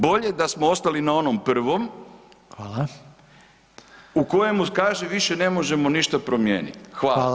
Bolje da smo ostali na onom prvom [[Upadica: Hvala.]] u kojemu kaže više ne možemo ništa promijeniti [[Upadica: Hvala lijepa.]] Hvala.